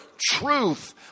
truth